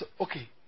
Okay